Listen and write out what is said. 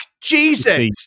Jesus